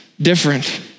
different